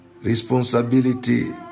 responsibility